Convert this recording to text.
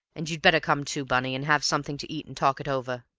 and you'd better come too, bunny, and have something to eat and talk it over.